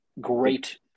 great